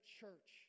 church